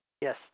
Yes